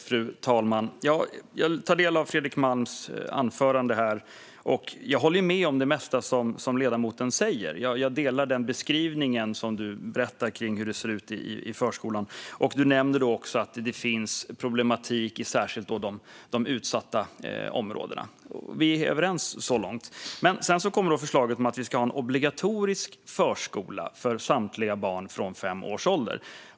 Fru talman! Jag har tagit del av Fredrik Malms anförande och håller med om det mesta som ledamoten säger. Jag håller med om beskrivningen av hur det ser ut i förskolan. Ledamoten nämnde att det finns problem särskilt i de utsatta områdena, och vi är överens så långt. Men sedan kommer förslaget att vi ska ha en obligatorisk förskola för samtliga barn från fem års ålder.